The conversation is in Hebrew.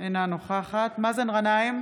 אינה נוכחת מאזן גנאים,